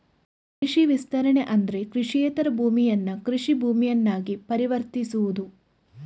ಕೃಷಿ ವಿಸ್ತರಣೆ ಅಂದ್ರೆ ಕೃಷಿಯೇತರ ಭೂಮಿಯನ್ನ ಕೃಷಿ ಭೂಮಿಯನ್ನಾಗಿ ಪರಿವರ್ತಿಸುವುದು